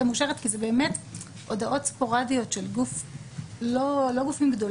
המאושרת כי זה באמת הודעות ספורדיות של גופים לא גדולים.